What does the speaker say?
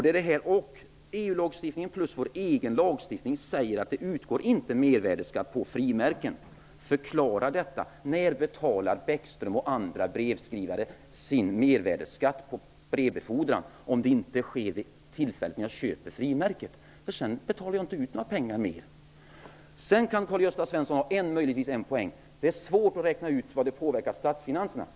EU-lagstiftningen och vår egen lagstiftning säger att det inte utgår mervärdesskatt på frimärken. Förklara för mig: När betalar Bäckström och andra brevskrivare sin mervärdesskatt på brevbefordran, om det inte sker vid det tillfälle när jag köper frimärket? Sedan betalar jag ju inte ut några ytterligare pengar. Karl-Gösta Svenson kan möjligen har en poäng i att det är svårt att räkna ut hur statsfinanserna påverkas.